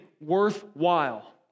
worthwhile